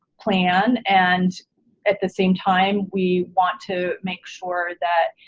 plan and at the same time we want to make sure that